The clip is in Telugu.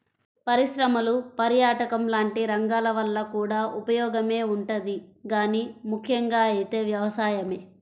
పరిశ్రమలు, పర్యాటకం లాంటి రంగాల వల్ల కూడా ఉపయోగమే ఉంటది గానీ ముక్కెంగా అయితే వ్యవసాయమే